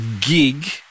gig